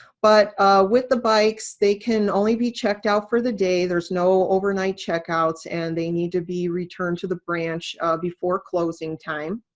but with the bikes, they can only be checked out for the day, there's no overnight checkouts. and they need to be returned to the branch before closing time.